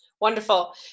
wonderful